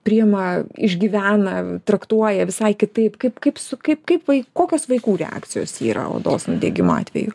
priima išgyvena traktuoja visai kokios vaikų reakcijos yra odos nudegimo atveju